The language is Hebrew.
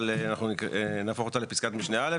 אבל אנחנו נהפוך אותה לפסקת משנה (א),